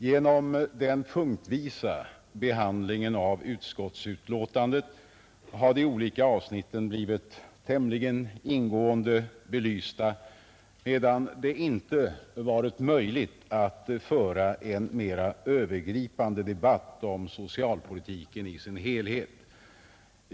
Genom den punktvisa behandlingen av utskottsbetänkandet har de olika avsnitten blivit tämligen ingående belysta, medan det inte har varit möjligt att föra en mera övergripande debatt om socialpolitiken i dess helhet.